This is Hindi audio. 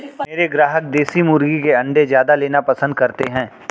मेरे ग्राहक देसी मुर्गी के अंडे ज्यादा लेना पसंद करते हैं